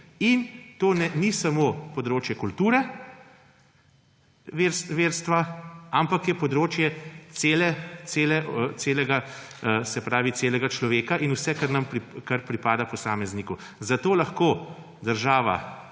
in to ni samo področje kulture, verstva, ampak je področje celega, se pravi, celega človeka in vse, kar pripada posamezniku. Zato lahko država